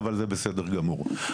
אבל זה בסדר גמור.